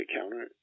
counter